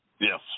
Yes